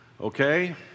okay